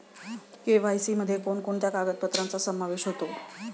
KYC मध्ये कोणकोणत्या कागदपत्रांचा समावेश होतो?